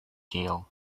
jail